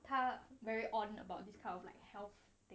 他 very on about this kind of like health thing